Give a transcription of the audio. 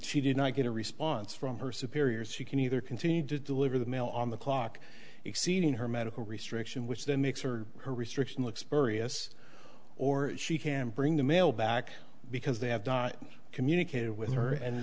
she did not get a response from her superiors she can either continue to deliver the mail on the clock exceeding her medical restriction which then makes her her restriction look spurious or she can bring the mail back because they have communicated with her and